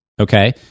Okay